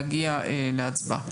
ברשותכם, אני נועל את הדיון.